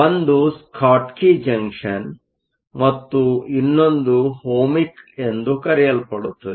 ಒಂದು Schottky junction ಮತ್ತು ಇನ್ನೊಂದು ಓಹ್ಮಿಕ್ ಎಂದು ಕರೆಯಲ್ಪಡುತ್ತದೆ